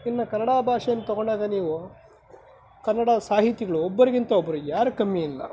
ಇನ್ನು ಕನ್ನಡ ಭಾಷೆನ ತಗೊಂಡಾಗ ನೀವು ಕನ್ನಡ ಸಾಹಿತಿಗಳು ಒಬ್ಬರಿಗಿಂತ ಒಬ್ಬರು ಯಾರೂ ಕಮ್ಮಿ ಇಲ್ಲ